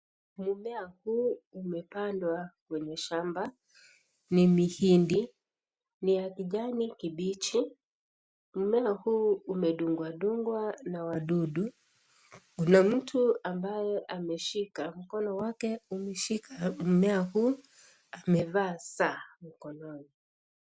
Mmea huu umepadwa kwenye shamba. Ni mihindi. Ni ya kijani kibichi. Mmea huu umedungwa dungwa na wadudu. Kuna mtu ambaye ameshika. mkono wake umeshika mmea huu .Amevaa saa mkononi.